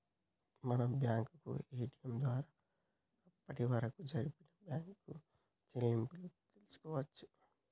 మనం bank ATM ద్వారా అప్పటివరకు జరిపిన బ్యేంకు చెల్లింపులను తెల్సుకోవచ్చు